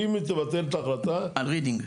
על רידינג.